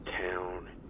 town